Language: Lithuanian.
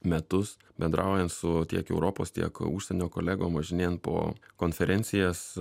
metus bendraujant su tiek europos tiek užsienio kolegom važinėjant po konferencijas